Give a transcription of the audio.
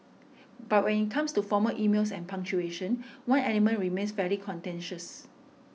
but when it comes to formal emails and punctuation one element remains fairly contentious